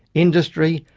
industry,